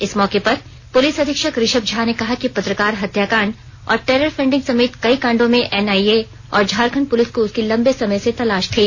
इस मौके पर पुलिस अधीक्षक ऋषभ झा ने कहा कि पत्रकार हत्याकांड और टेरर फंडिंग समेत कई कांडों में एनआईए और झारखंड पुलिस को उसकी लंबे समय से तलाश दी